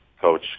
coach